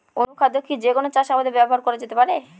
অনুখাদ্য কি যে কোন চাষাবাদে ব্যবহার করা যেতে পারে?